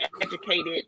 educated